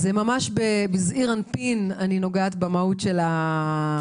זה ממש בזעיר אנפין אני נוגעת במהות החוק.